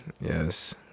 yes